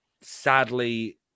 sadly